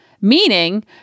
Meaning